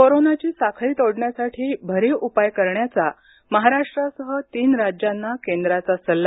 कोरोनाची साखळी तोडण्यासाठी भरीव उपाय करण्याचा महाराष्ट्रासह तीन राज्यांना केंद्राचा सल्ला